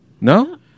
No